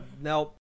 nope